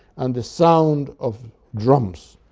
and the sound of drums,